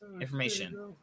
information